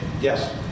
Yes